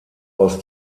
aus